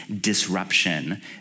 disruption